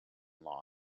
law